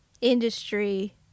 industry